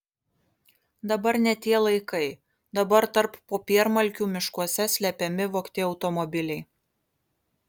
dabar ne tie laikai dabar tarp popiermalkių miškuose slepiami vogti automobiliai